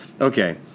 okay